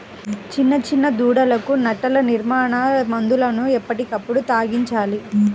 చిన్న చిన్న దూడలకు నట్టల నివారణ మందులను ఎప్పటికప్పుడు త్రాగించాలి